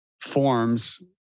forms